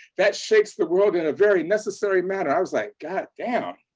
that shakes the world in a very necessary manner. i was like, god damn.